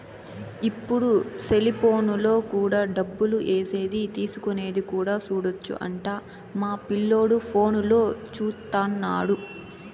ఇప్పుడు సెలిపోనులో కూడా డబ్బులు ఏసేది తీసుకునేది కూడా సూడొచ్చు అంట మా పిల్లోడు ఫోనులో చూత్తన్నాడు